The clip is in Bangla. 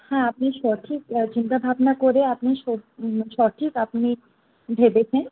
হ্যাঁ আপনি সঠিক চিন্তাভাবনা করে আপনি সঠিক আপনি ভেবেছেন